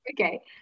Okay